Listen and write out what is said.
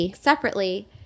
separately